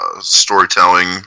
Storytelling